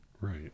Right